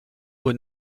aux